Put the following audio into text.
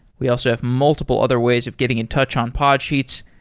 we also have multiple other ways of getting in touch on podsheets.